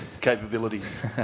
capabilities